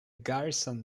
garrison